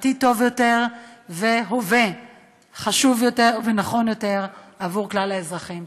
עתיד טוב יותר והווה חשוב יותר ונכון יותר עבור כלל האזרחים.